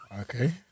Okay